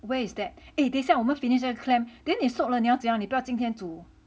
where is that eh 等一下我们 finish 那个 clam then 你 soak 了你要怎样你不要今天煮